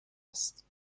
است